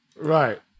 Right